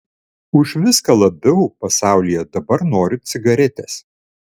už viską labiau pasaulyje dabar noriu cigaretės